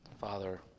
Father